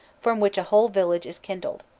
from which a whole village is kindled.